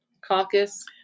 Caucus